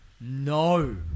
no